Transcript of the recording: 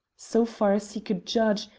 so far as he could judge,